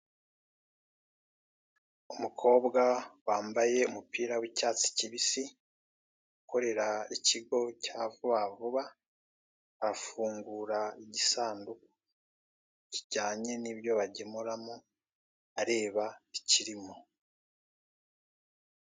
Umukobwa wambaye umupira w'icyatsi kibisi ukorera ikigo cya vuba vuba afungura igisanduku kijyanye n'ibyo bagemuramo areba ikirimo.